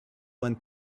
went